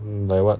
mm like what